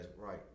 right